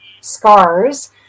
scars